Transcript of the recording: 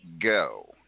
go